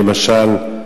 למשל,